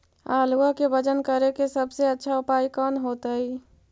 आलुआ के वजन करेके सबसे अच्छा उपाय कौन होतई?